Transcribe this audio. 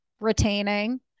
retaining